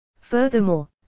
Furthermore